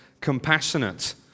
compassionate